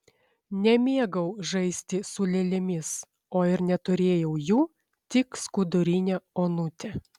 nemėgau žaisti su lėlėmis o ir neturėjau jų tik skudurinę onutę